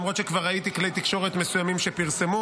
למרות שכבר ראיתי כלי תקשורת מסוימים שפרסמו,